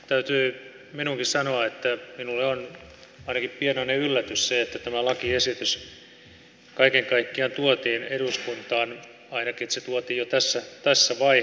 täytyy minunkin sanoa että minulle on ainakin pienoinen yllätys se että tämä lakiesitys kaiken kaikkiaan tuotiin eduskuntaan ainakin se että se tuotiin jo tässä vaiheessa